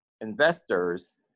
investors